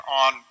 on